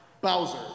Bowser